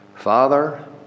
Father